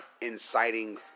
Inciting